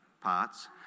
parts